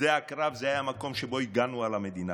שדה קרב היה המקום שבו הגנו על המדינה.